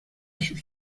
sus